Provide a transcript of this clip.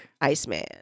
Iceman